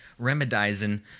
Remedizing